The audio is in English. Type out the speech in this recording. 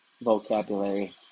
vocabulary